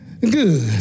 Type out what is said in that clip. good